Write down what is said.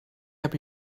heb